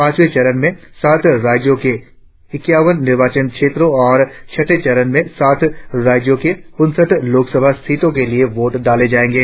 पांचवें चरण में सात राज्यों के इक्यानवें निर्वाचन क्षेत्रों और छठे चरण में सात राज्यों की उनसठ लोकसभा सीटों के लिए वोट डाले जाएंगे